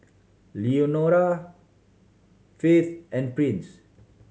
Lenora Faith and Prince